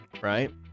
right